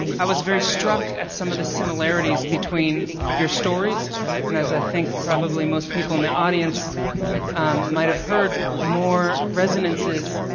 i was very stuck at some of the similarities between your stories and as i think probably most people in the audience might have heard more resonances.